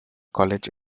college